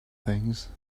things